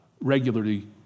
regularly